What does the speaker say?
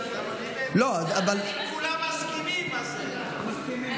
25% ממשרתי המילואים הם סטודנטים וסטודנטיות.